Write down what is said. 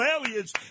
aliens